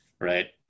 Right